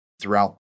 throughout